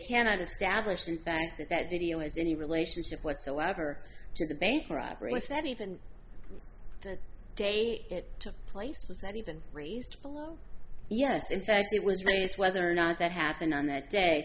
cannot establish the fact that that video has any relationship whatsoever to the bank robbery was that even the day it took place was not even raised yes in fact it was race whether or not that happened on that day